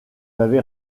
avez